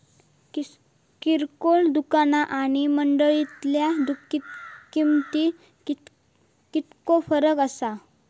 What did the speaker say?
किरकोळ दुकाना आणि मंडळीतल्या किमतीत कितको फरक असता?